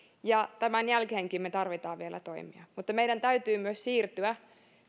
ja tämän jälkeenkin me tarvitsemme vielä toimia mutta meidän täytyy myös siirtyä